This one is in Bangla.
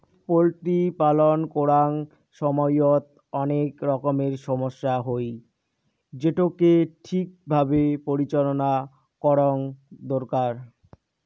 পোল্ট্রি পালন করাং সমইত অনেক রকমের সমস্যা হই, যেটোকে ঠিক ভাবে পরিচালনা করঙ দরকার